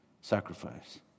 sacrifice